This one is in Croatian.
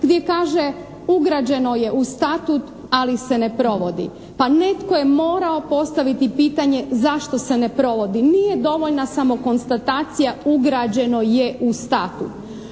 gdje kaže ugrađeno je u statut ali se ne provodi. Pa netko je morao postaviti pitanje zašto se ne provodi, nije dovoljna samo konstatacija ugrađeno je u statut.